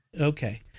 Okay